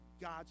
god's